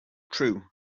true